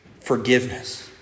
forgiveness